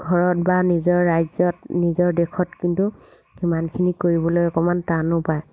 ঘৰত বা নিজৰ ৰাজ্যত নিজৰ দেশত কিন্তু সিমানখিনি কৰিবলৈ অকণমান টানো পায়